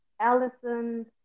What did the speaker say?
Allison